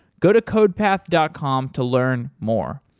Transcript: go to codepath dot com to learn more.